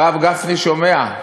הרב גפני, שומע?